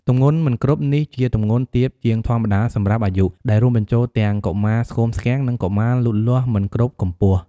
ទម្ងន់មិនគ្រប់ នេះជាទម្ងន់ទាបជាងធម្មតាសម្រាប់អាយុ ដែលរួមបញ្ចូលទាំងកុមារស្គមស្គាំង និងកុមារលូតលាស់មិនគ្រប់កម្ពស់។